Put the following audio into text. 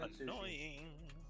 annoying